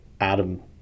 Adam